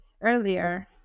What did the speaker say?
earlier